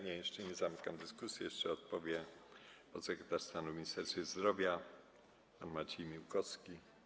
Nie, jeszcze nie zamykam dyskusji, jeszcze na pytania odpowie podsekretarz stanu w Ministerstwie Zdrowia pan Maciej Miłkowski.